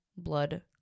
blood